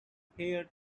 heir